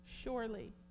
Surely